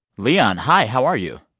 leon, hi. how are you?